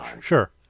sure